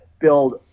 build